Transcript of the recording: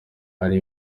hari